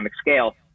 scale